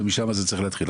ומשם זה צריך להתחיל.